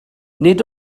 nid